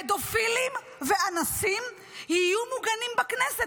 פדופילים ואנסים יהיו מוגנים בכנסת,